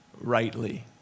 rightly